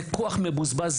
זה כוח מבוזבז,